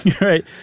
Right